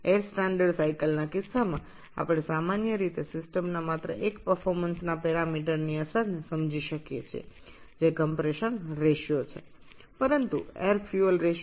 air standard চক্রের মতো সাধারণত সিস্টেমে আমরা কেবলমাত্র একটি কর্মক্ষমতা পরামিতির প্রভাব বুঝতে পারি যা সংকোচনের অনুপাত